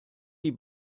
die